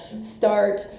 start